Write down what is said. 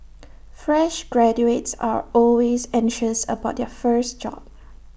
fresh graduates are always anxious about their first job